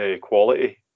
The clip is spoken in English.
quality